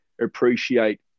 appreciate